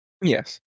Yes